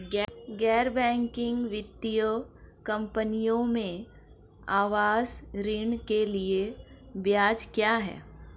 गैर बैंकिंग वित्तीय कंपनियों में आवास ऋण के लिए ब्याज क्या है?